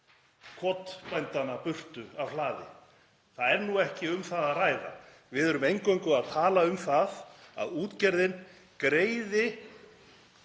kotbændanna burtu af hlaði. Það er nú ekki um það að ræða. Við erum eingöngu að tala um það að útgerðin greiði